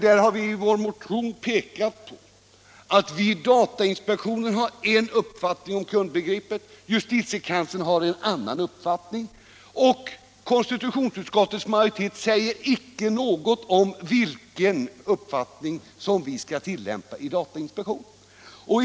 Vi har i vår motion pekat på att vi i datainspektionen har en uppfattning om kundbegreppet och att justitiekanslern har en annan uppfattning. Konstitutionsutskottsmajoriteten säger inte någonting om vilken uppfattning vi i datainspektionen skall följa.